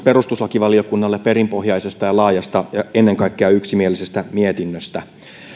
perustuslakivaliokunnalle perinpohjaisesta ja laajasta ja ennen kaikkea yksimielisestä mietinnöstä